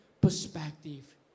perspective